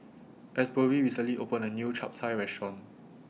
Asbury recently opened A New Chap Chai Restaurant